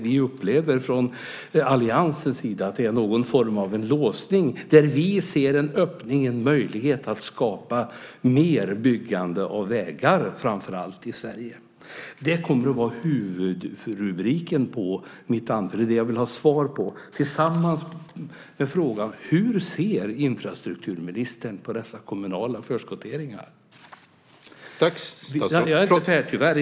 Vi upplever från alliansens sida att det är någon form av låsning här, där vi ser en öppning och en möjlighet att skapa mer byggande av framför allt vägar i Sverige. Detta kommer att vara huvudrubriken på det som jag vill ha svar på tillsammans med frågan om hur infrastrukturministern ser på de kommunala förskotteringarna.